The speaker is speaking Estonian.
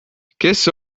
kes